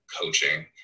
coaching